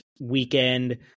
weekend